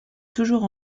toujours